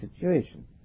situation